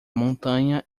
montanha